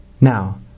Now